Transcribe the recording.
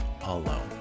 alone